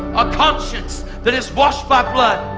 a conscience that is washed by blood.